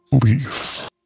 Please